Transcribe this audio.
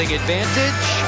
advantage